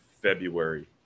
february